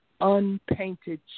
unpainted